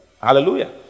Hallelujah